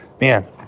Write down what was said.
Man